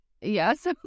yes